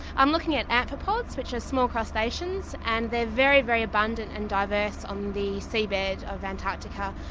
i'm looking at arthropods, which are small crustaceans, and they're very, very abundant and diverse on the sea bed of antarctica,